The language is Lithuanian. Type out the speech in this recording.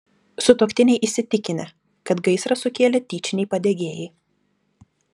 sutuoktiniai įsitikinę kad gaisrą sukėlė tyčiniai padegėjai